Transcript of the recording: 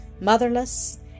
motherless